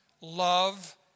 love